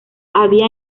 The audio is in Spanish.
había